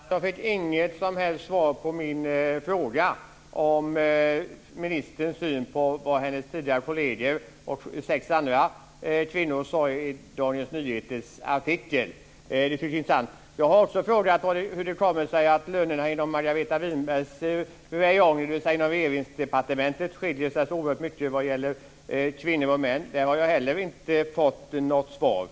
Fru talman! Jag noterar att jag inte fick något som helst svar på min fråga om ministerns syn på vad hennes tidigare kollega och sex andra kvinnor sade i Dagens Nyheters artikel. Det tycker jag är intressant. Jag har också frågat hur det kommer sig att lönerna inom Margareta Winbergs räjonger, dvs. inom Regeringskansliet, skiljer sig så oerhört mycket vad gäller kvinnor och män. Där har jag heller inte fått något svar.